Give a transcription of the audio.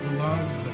love